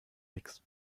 nix